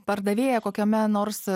pardavėja kokiame nors